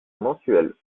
mensuel